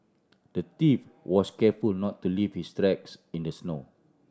the thief was careful not to leave his tracks in the snow